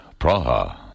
Praha